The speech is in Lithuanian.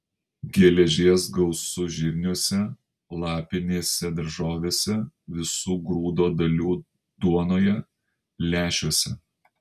geležies gausu žirniuose lapinėse daržovėse visų grūdo dalių duonoje lęšiuose